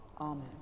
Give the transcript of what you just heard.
Amen